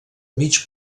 mig